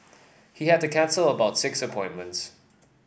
he had to cancel about six appointments